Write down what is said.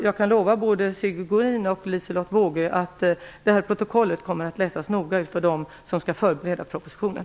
Jag kan lova både Sigge Godin och Liselotte Wågö att detta protokoll kommer att läsas noga av dem som skall förbereda propositionen.